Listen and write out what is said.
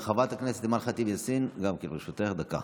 חברת הכנסת אימאן ח'טיב יאסין, גם כן, לרשותך דקה.